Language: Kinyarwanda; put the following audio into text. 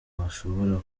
bashobora